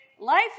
life